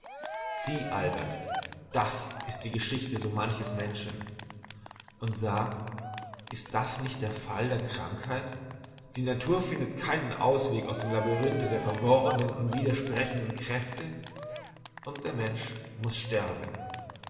sieh albert das ist die geschichte so manches menschen und sag ist das nicht der fall der krankheit die natur findet keinen ausweg aus dem labyrinthe der verworrenen und widersprechenden kräfte und der mensch muß sterben